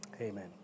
Amen